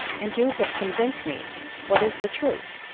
and do but con vince me what is the truth,